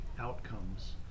outcomes